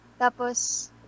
tapos